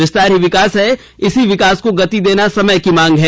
विस्तार ही विंकास है इसी विकास को गति देना समय की मांग हैं